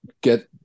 get